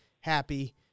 happy